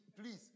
please